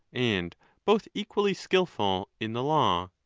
and both equally skilful in the law!